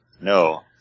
No